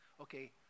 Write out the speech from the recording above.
okay